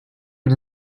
but